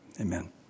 amen